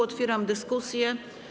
Otwieram dyskusję.